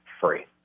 free